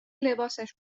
لباسش